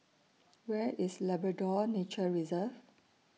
Where IS Labrador Nature Reserve